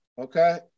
Okay